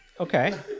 Okay